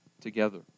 together